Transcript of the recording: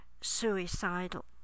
suicidal